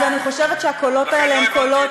אז אני חושבת שהקולות האלה הם קולות,